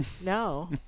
No